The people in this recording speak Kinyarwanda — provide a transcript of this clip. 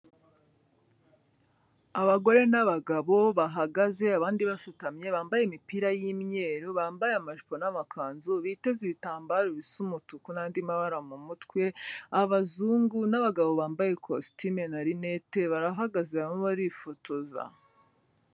Abagore n'abagabo bahagaze abandi basutamye, bambaye imipira y'imyeru, bambaye amajipo n'amakanzu, biteze ibitambaro bisa umutuku n'andi mabara mu mutwe, abazungu, n'abagabo bambaye kositime na rinete, barahagaze barimo barifotoza.